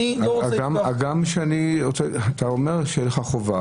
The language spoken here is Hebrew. הגם שאתה אומר שאין לך חובה.